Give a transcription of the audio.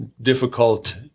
difficult